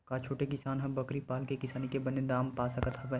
का छोटे किसान ह बकरी पाल के किसानी के बने दाम पा सकत हवय?